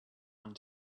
one